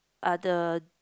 other